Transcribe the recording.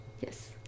yes